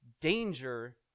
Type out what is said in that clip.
danger